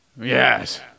Yes